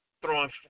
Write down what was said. throwing